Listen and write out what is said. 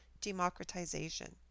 democratization